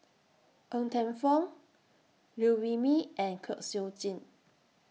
Ng Teng Fong Liew Wee Mee and Kwek Siew Jin